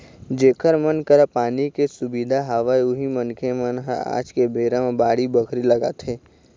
जेखर मन करा पानी के सुबिधा हवय उही मनखे मन ह आज के बेरा म बाड़ी बखरी लगाथे